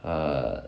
err